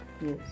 Yes